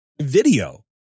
video